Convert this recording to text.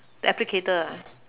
the applicator ah